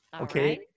Okay